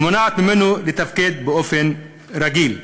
המונעת ממנו לתפקד באופן רגיל.